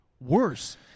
worse